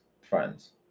friends